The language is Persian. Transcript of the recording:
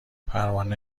پروانه